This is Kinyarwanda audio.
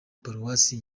paruwasi